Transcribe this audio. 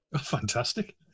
fantastic